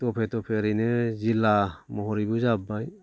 दफे दफे ओरैनो जिल्ला महरैबो जाबोबाय